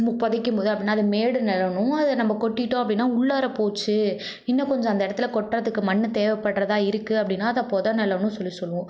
புதைக்கும்போது அது மேடு நிலம்னு அதை நம்ம கொட்டிவிட்டோம் அப்படின்னா அது உள்ளார போச்சு இன்னும் கொஞ்சம் அந்த இடத்துல கொட்டுறதுக்கு மண் தேவைப்படுறதா இருக்குது அப்படின்னா அதை பொதை நிலம்னு சொல்லி சொல்லுவோம்